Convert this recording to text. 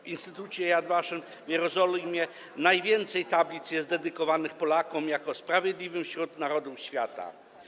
W instytucie Yad Vashem w Jerozolimie najwięcej tablic jest dedykowanych Polakom jako Sprawiedliwym wśród Narodów Świata.